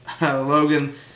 Logan